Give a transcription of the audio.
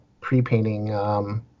pre-painting